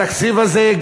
התקציב הזה,